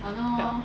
ya